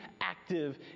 active